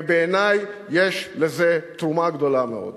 ובעיני יש לזה תרומה גדולה מאוד.